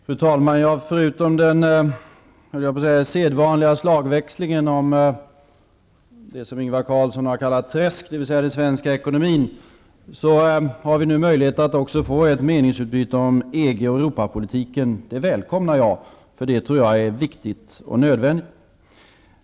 Fru talman! Förutom den sedvanliga, höll jag på att säga, slagväxlingen om det som Ingvar Carlsson har kallat ett träsk, dvs. den svenska ekonomin, har vi nu möjlighet att också få ett meningsutbyte om EG och Europapolitiken. Det välkomnar jag, för det tror jag är viktigt och nödvändigt.